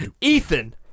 Ethan